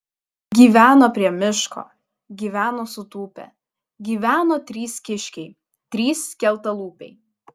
gyveno prie miško gyveno sutūpę gyveno trys kiškiai trys skeltalūpiai